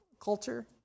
culture